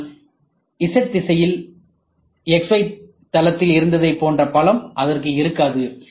ஆனால் z திசையில் x y தளத்தில் இருந்ததைப் போன்ற பலம் அதற்கு இருக்காது